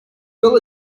bill